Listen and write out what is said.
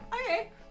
Okay